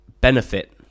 benefit